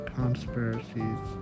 conspiracies